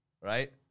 right